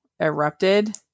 erupted